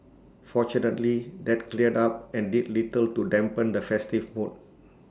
fortunately that cleared up and did little to dampen the festive mood